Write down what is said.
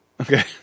Okay